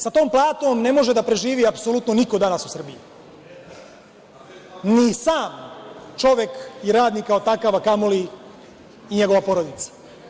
Sa tom platom ne može da preživi apsolutno niko danas u Srbiji, ni sam čovek i radnik kao takav, a kamoli njegova porodica.